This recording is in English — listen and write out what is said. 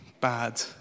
bad